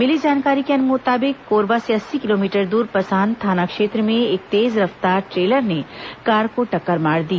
मिली जानकारी के मुताबिक कोरबा से अस्सी किलोमीटर दूर पसान थाना क्षेत्र में एक तेज रफ्तार ट्रेलर ने कार को टक्कर मार दी